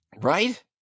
Right